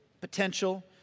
potential